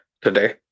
today